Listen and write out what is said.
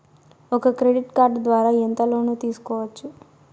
ఒక credit card ద్వారా ఎంత లోను తీసుకోవచ్చు?